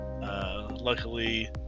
luckily